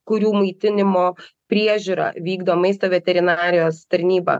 kurių maitinimo priežiūrą vykdo maisto veterinarijos tarnyba